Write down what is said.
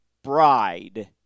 bride